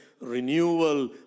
renewal